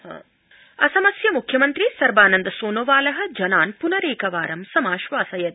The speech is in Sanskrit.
असमम् असमस्य मुख्यमन्त्री सर्बानन्द सोनोवाल जनान् पुनरेकवारं समाश्वासयत्